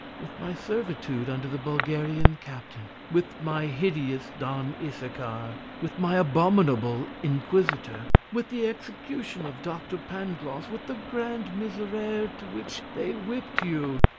with my servitude under the bulgarian captain, with my hideous don issachar, with my abominable inquisitor, with the execution of doctor pangloss, with the grand miserere to which they whipped you,